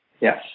Yes